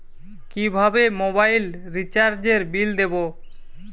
কিভাবে মোবাইল রিচার্যএর বিল দেবো?